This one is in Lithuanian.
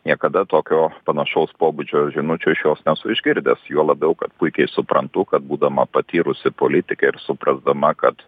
niekada tokio panašaus pobūdžio žinučių iš jos nesu išgirdęs juo labiau kad puikiai suprantu kad būdama patyrusi politikė ir suprasdama kad